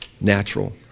natural